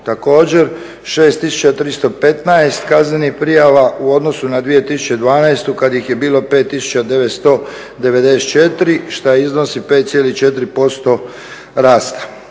također 6315 kaznenih prijava u odnosu na 2012.kada ih je bilo 5994 šta iznosi 5,4% rasta.